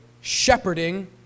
shepherding